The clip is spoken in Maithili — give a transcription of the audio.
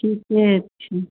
ठीके छै